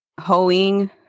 hoeing